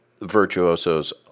virtuosos